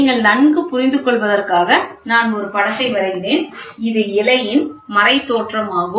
நீங்கள் நன்கு புரிந்து கொள்வதற்காக நான் ஒரு படத்தை வரைகிறேன் இது இழையின் மறை தோற்றமாகும்